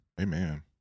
Amen